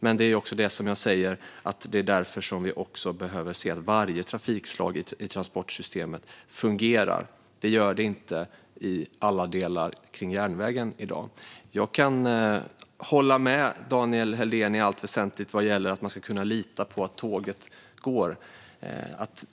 Men det är också därför som vi behöver se att varje trafikslag i transportsystemet fungerar. Det gör det inte i alla delar kring järnvägen i dag. Jag kan hålla med Daniel Helldén i allt väsentligt när det gäller att man ska kunna lita på att tåget går.